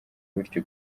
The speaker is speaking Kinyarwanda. bityo